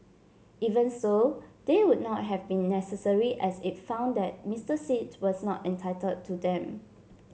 even so they would not have been necessary as it found that Mister Sit was not entitled to them